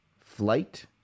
Flight